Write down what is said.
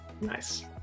Nice